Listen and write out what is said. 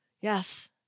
Yes